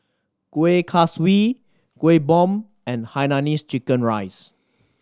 Kuih Kaswi Kueh Bom and hainanese chicken rice